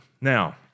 Now